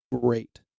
great